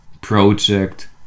project